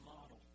model